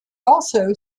also